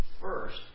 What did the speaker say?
first